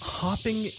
hopping